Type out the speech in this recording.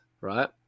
right